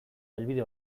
helbide